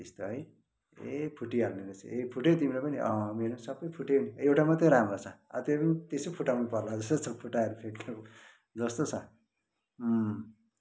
यस्तो है ए फुटिहाल्ने रहेछ ए फुट्यो तिम्रो पनि अँ मेरो पनि सबै फुठ्यो नि एउटा मात्रै राम्रो छ अब त्यो पनि त्यसै फुटाउनु पर्ला जस्तो छ फुटाएर फ्याँक्नु जस्तो छ